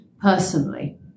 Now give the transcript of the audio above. personally